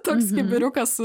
toks kibiriukas